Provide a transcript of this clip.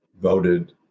voted